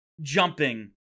jumping